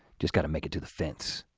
just gotta make it to the fence.